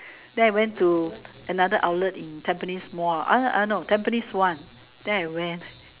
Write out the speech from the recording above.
then I went to another outlet in Tampines Mall oh oh no Tampines one then I went